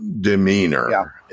Demeanor